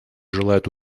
желают